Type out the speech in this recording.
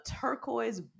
turquoise